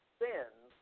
sins